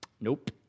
Nope